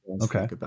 okay